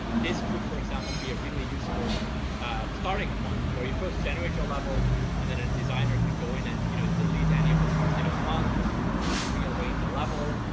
this could, for example, be a really useful um starting point where you first generate your level and then a designer can go in and you know delete any of the parts they don't want or completely rearrange a level,